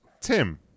Tim